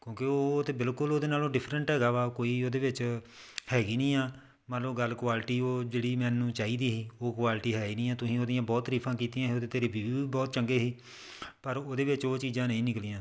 ਕਿਉਂਕਿ ਉਹ ਤਾਂ ਬਿਲਕੁਲ ਉਹਦੇ ਨਾਲ਼ੋਂ ਡਿਫਰੈਂਟ ਹੈਗਾ ਵਾ ਕੋਈ ਉਹਦੇ ਵਿੱਚ ਹੈਗੀ ਨਹੀਂ ਆ ਮਤਲਬ ਗੱਲ ਕੁਆਲਿਟੀ ਉਹ ਜਿਹੜੀ ਮੈਨੂੰ ਚਾਹੀਦੀ ਸੀ ਉਹ ਕੁਆਲਿਟੀ ਹੈ ਹੀ ਨਹੀਂ ਆ ਤੁਸੀਂ ਉਹਦੀਆਂ ਬਹੁਤ ਤਾਰੀਫ਼ਾਂ ਕੀਤੀਆਂ ਉਹਦੇ ਤਾਂ ਰਿਵਿਊ ਵੀ ਬਹੁਤ ਚੰਗੇ ਸੀ ਪਰ ਉਹਦੇ ਵਿੱਚ ਉਹ ਚੀਜ਼ਾਂ ਨਹੀਂ ਨਿਕਲੀਆਂ